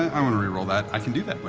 i want to re-roll that, i can do that.